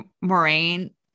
Moraine